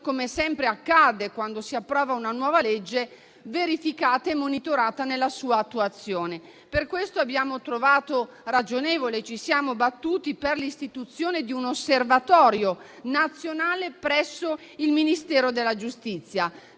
come sempre accade quando si approva una nuova legge, dovrà essere verificata e monitorata nella sua attuazione. Per questo abbiamo trovato ragionevole e ci siamo battuti per l'istituzione di un osservatorio nazionale presso il Ministero della giustizia: